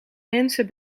mensen